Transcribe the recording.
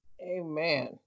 Amen